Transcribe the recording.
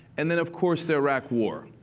and then, of course, the iraq war.